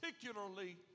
particularly